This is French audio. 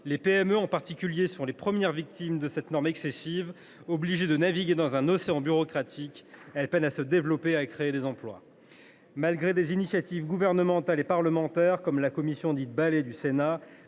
Les PME en particulier sont les premières victimes de cette norme excessive. Obligées de naviguer dans un océan bureaucratique, elles peinent à se développer et à créer des emplois. Malgré des initiatives gouvernementales et parlementaires, comme la mission dite « Balai » (Bureau